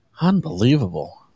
Unbelievable